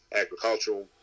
agricultural